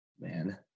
Man